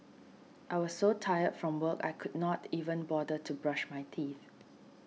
I was so tired from work I could not even bother to brush my teeth